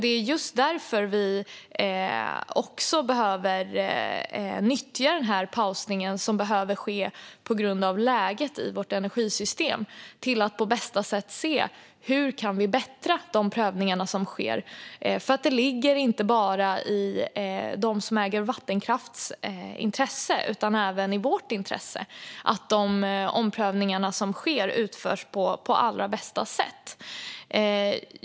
Det är just därför vi behöver nyttja den paus som krävs på grund av läget i vårt energisystem till att på bästa sätt se hur vi kan förbättra de prövningar som sker. Det ligger inte bara i vattenkraftsägarnas intresse utan även i vårt intresse att de prövningar som görs utförs på allra bästa sätt.